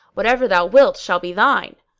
whatever thou wilt shall be thine.